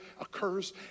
occurs